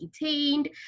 detained